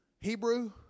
Hebrew